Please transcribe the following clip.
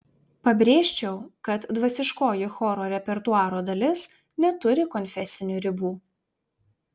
pabrėžčiau kad dvasiškoji choro repertuaro dalis neturi konfesinių ribų